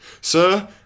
sir